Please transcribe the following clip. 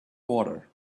water